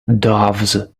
doves